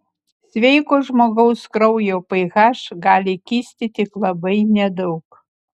sveiko žmogaus kraujo ph gali kisti tik labai nedaug